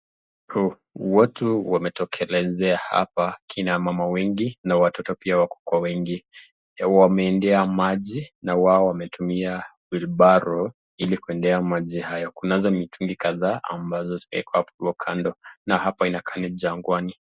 Watu wanetokelezea hapa, kina mama wengi na watoto pia wako kwa wingi, wameendea maji na wao wametumia wheelbarrow ili kuendea maji hayo, kunazo mitungi kadhaa ambazo zimeekwa kando, na hapa inakaa ni jangwani.